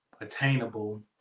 attainable